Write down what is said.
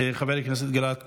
חבר הכנסת גלעד קריב,